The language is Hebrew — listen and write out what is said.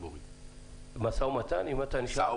ומתן כן.